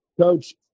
Coach